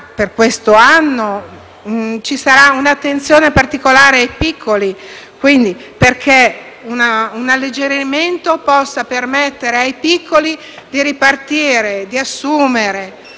per questo anno un'attenzione particolare ai piccoli, perché un alleggerimento possa permettere ai piccoli di ripartire e di assumere;